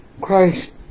Christ